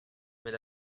mais